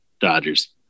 Dodgers